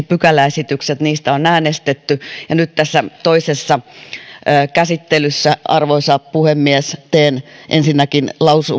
pykäläesityksemme niistä on äänestetty ja nyt tässä toisessa käsittelyssä arvoisa puhemies teen ensinnäkin